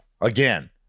again